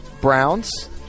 Browns